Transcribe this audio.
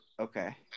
Okay